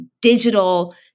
digital